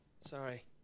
sorry